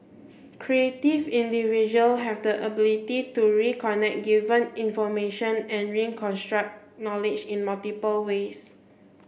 creative individual have the ability to reconnect given information and knowledge in multiple ways